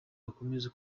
mukomeze